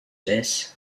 this